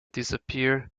disappear